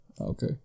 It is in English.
Okay